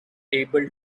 able